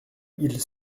ils